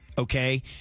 Okay